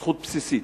זכות בסיסית.